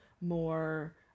more